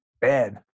bad